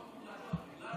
משפחות מוחלשות,